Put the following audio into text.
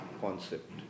concept